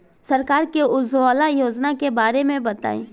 सरकार के उज्जवला योजना के बारे में बताईं?